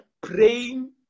praying